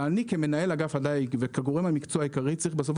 אבל אני כמנהל אגף הדיג וכגורם המקצועי העיקרי צריך בסופו